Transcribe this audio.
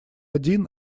один